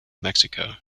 mexico